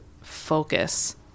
focus